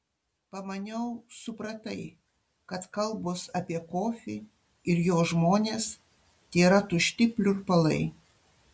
pamaniau supratai kad kalbos apie kofį ir jo žmones tėra tušti pliurpalai